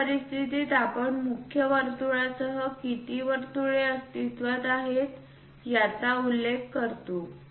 अशा परिस्थितीत आपण मुख्य वर्तुळासह किती वर्तुळे अस्तित्त्वात आहेत याचा उल्लेख करतो